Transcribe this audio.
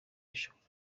rishobora